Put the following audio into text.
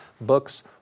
books